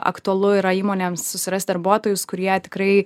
aktualu yra įmonėms susirast darbuotojus kurie tikrai